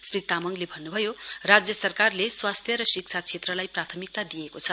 श्रीतामाङले भन्न्भयो राज्य सरकारले स्वास्थ्य र शिक्षा क्षेत्रलाई प्राथमिकता दिएको छ